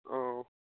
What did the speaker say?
অঁ